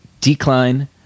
Decline